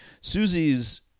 Susie's